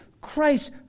Christ